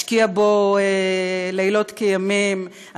השקיע בו לילות כימים,